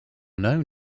known